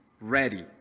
ready